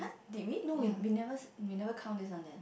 did we no we we never we never count this one leh